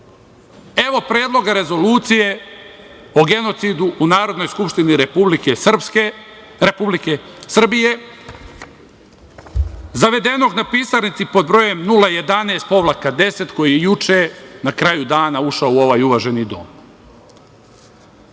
evo predloga rezolucije o genocidu u Narodnoj skupštini Republike Srbije, zavedenog na pisarnici pod brojem 011-10, a koji je juče na kraju dana ušao u ovaj uvaženi dom.